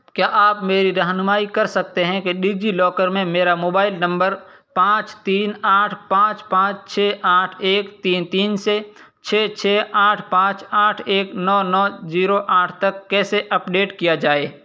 کیا آپ میری رہنمائی کر سکتے ہیں کہ ڈیجی لاکر میں میرا موبائل نمبر پانچ تین آٹھ پانچ پانچ چھ آٹھ ایک تین تین سے چھ چھ آٹھ پانچ آٹھ ایک نو نو زیرو آٹھ تک کیسے اپڈیٹ کیا جائے